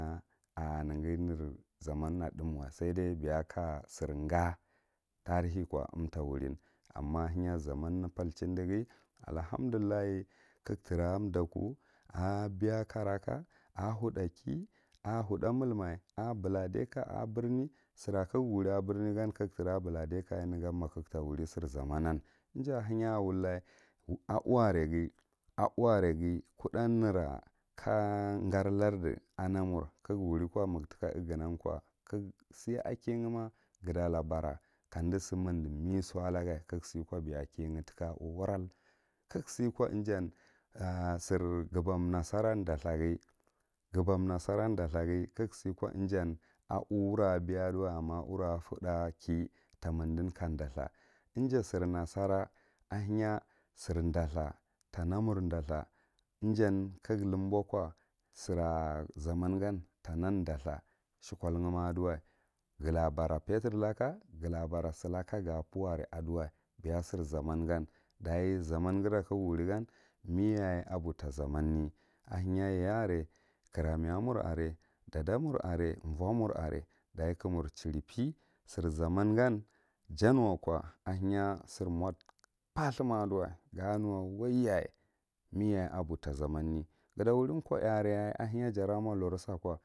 ‘A’neghi ner zaman na thum wa saidiy beya ka jirga tarihe ko umta wurin amma ahenya zaman ne palehindighi allahamdullah ka ga tra a dalkku kaga tra kakaraka, a howdiki, ‘ar’ howda melma a buladika a brine sira ka ga tra brinya ka ga to wuli jaika gata wuri ar buladika yar negan ma kagata wuri sir zamanan ija ahenya a wulla aú areghi kudda nera ka gar lardi a n amur ka guwuri ko ma gu tika ngunan ko ka si akima ga ta la bara nkamdi gi mirdi niso alaga kaga siko biya kiyega tika aú waral kasiko ijannin ar’ sir gubam nasara dathughi, guban nasara duthkghi, kaga sika ijan aú rafudhakiye tamindin ka wdathur, ija sir nara ahenya sir ivdathur ta n amur ndhathur ijan ka ga lubow ko sira zaman gan ta nan ndhathur shukol zghi a duwa, ga la bara petror laka, ga la bara silika ga puw are adiwa biya sir zaman gan, dachi zaman gira ka ga wuri meyaye a buta zaman ne ahenya yayay are lkiramiya mur are, dada mur are vo mur are dachi kamur chriripe sir zaman gan jan wako ahenya sir mod parthu ma adiwa ga nu a ka waiyaye miyaye a buta zaman ne gata wuri kolare yaye ahenya jara mo lurusak.